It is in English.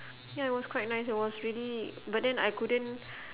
ya it was quite nice it was really but then I couldn't